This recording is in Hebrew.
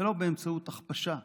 ולא באמצעות הכפשה,